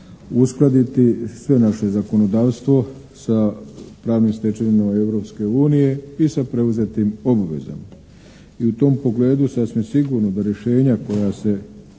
uskladiti sve naše zakonodavstvo sa pravnim stečevinama Europske unije i sa preuzetim obvezama i u tom pogledu sasvim sigurno da rješenja koja se